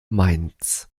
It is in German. mainz